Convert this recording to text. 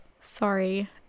Sorry